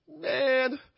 man